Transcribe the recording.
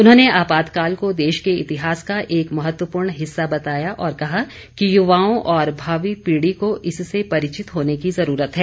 उन्होंने आपातकाल को देश के इतिहास का एक महत्वपूर्ण हिस्सा बताया और कहा कि युवाओं और भावी पीढ़ि को इससे परिचित होने की जरूरत है